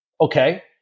Okay